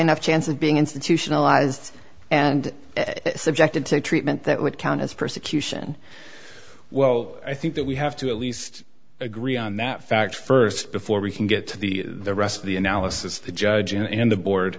enough chance of being institutionalized and subjected to a treatment that would count as persecution well i think that we have to at least agree on that fact first before we can get to the rest of the analysis the judge and the board